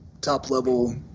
top-level